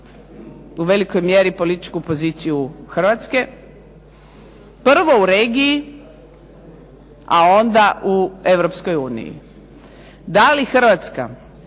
u velikoj mjeri političku poziciju Hrvatske prvo u regiji, a onda u EU. Da li Hrvatska